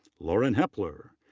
lauren hepler.